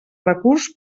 recurs